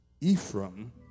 Ephraim